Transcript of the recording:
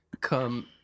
come